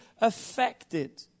affected